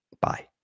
Bye